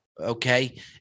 Okay